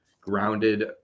grounded